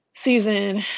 Season